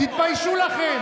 תתביישו לכם.